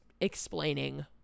Explaining